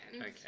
Okay